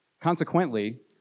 Consequently